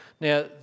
Now